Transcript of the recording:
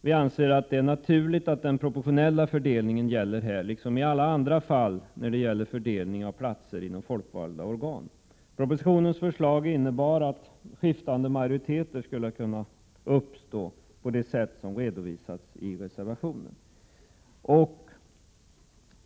Vi anser att det är naturligt att den proportionella fördelningen gäller här, liksom i alla andra fall av fördelning av platser inom folkvalda organ. Propositionens förslag innebar att skiftande majoriteter skulle kunna uppstå, på det sätt som har redovisats i reservationen.